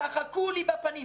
צחקו לי בפנים.